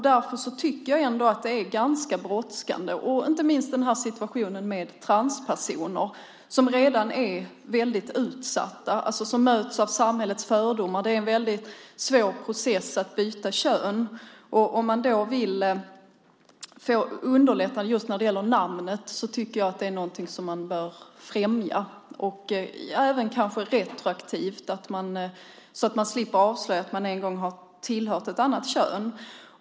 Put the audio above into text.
Det är brådskande, inte minst situationen för transpersoner. De är redan utsatta, och de möts av samhällets fördomar. Det är en svår process att byta kön. Därför bör ett byte av namn främjas, även retroaktivt, så att man slipper avslöja att man en gång har tillhört ett annat kön.